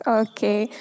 okay